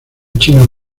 chino